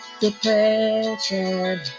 depression